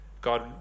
God